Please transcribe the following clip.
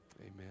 amen